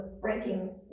breaking